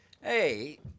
hey